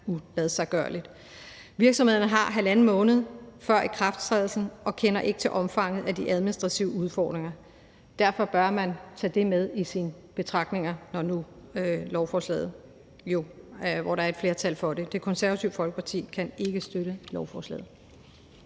uladsiggørligt. Virksomhederne har halvanden måned før ikrafttrædelsen og kender ikke til omfanget af de administrative udfordringer. Derfor bør man tage det med i sine betragtninger, når nu der er et flertal for lovforslaget. Det Konservative Folkeparti kan ikke støtte lovforslaget.